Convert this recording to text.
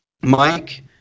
Mike